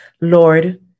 Lord